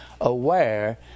aware